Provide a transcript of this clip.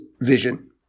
vision